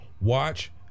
watch